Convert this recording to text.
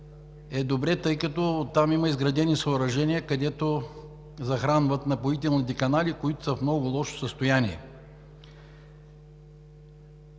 е добре, тъй като там има изградени съоръжения, където захранват напоителните канали, които са в много лошо състояние.